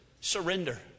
Surrender